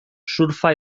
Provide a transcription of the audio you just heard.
surfa